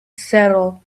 settle